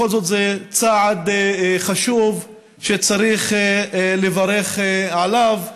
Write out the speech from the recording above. בכל זאת זה צעד חשוב שצריך לברך עליו.